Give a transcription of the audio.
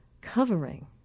covering